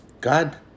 God